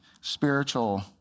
spiritual